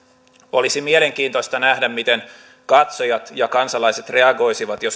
olisi mielenkiintoista nähdä miten katsojat ja kansalaiset reagoisivat jos